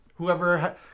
Whoever